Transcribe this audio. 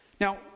Now